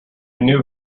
knew